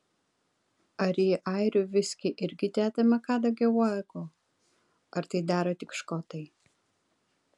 ar į airių viskį irgi dedama kadagio uogų ar tai daro tik škotai